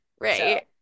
Right